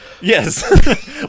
Yes